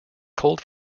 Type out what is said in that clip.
cold